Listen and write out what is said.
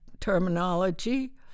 terminology